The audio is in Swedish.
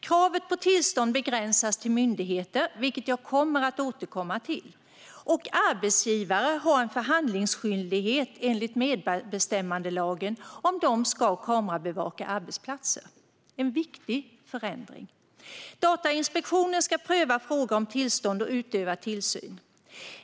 Kravet på tillstånd begränsas till myndigheter, vilket jag kommer att återkomma till. Arbetsgivare har en förhandlingsskyldighet enligt medbestämmandelagen om de ska kamerabevaka arbetsplatser. Det är en viktig förändring. Datainspektionen ska pröva fråga om tillstånd och utöva tillsyn.